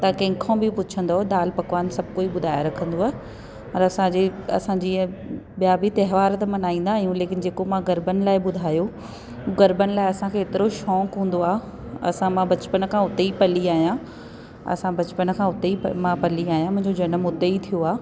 तव्हां कंहिंखो बि पुछंदो दालि पकवान सभु कोई ॿुधाइ रखंदोव और असांजे त असां जीअं ॿिया बि त्योहार त मल्हाईंदा आहियूं लेकिन जेको मां गरबनि लाइ ॿुधायो गरबनि लाइ असांखे एतिरो शौंक़ु हूंदो आहे असां मां बचपन खां उतेई पली बड़ी आहियां असां बचपन खां उते ई प मां पली आहियां मुंहिंजो जनमु उते ई थियो आहे